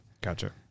Gotcha